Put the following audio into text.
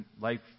life